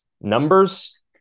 numbers